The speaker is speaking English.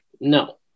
No